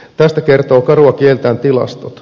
tästä kertovat karua kieltään tilastot